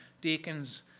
deacons